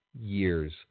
years